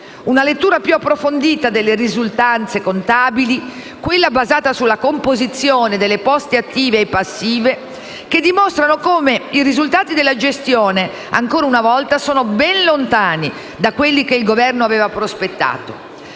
Una lettura più approfondita delle risultanze contabili, basata sulla composizione delle poste attive e passive, dimostra come i risultati della gestione, ancora una volta, siano ben lontani da quelli che il Governo aveva prospettato.